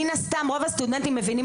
מן הסתם,